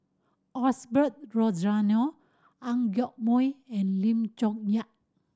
Osbert Rozario Ang Yoke Mooi and Lim Chong Yah